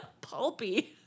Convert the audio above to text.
Pulpy